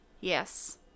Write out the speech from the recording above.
Yes